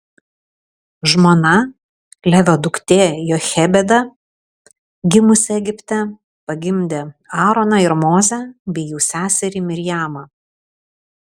žmona levio duktė jochebeda gimusi egipte pagimdė aaroną ir mozę bei jų seserį mirjamą